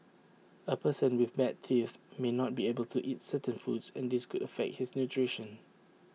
A person with bad teeth may not be able to eat certain foods and this could affect his nutrition